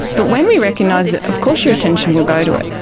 but when we recognise that of course your attention will go to it,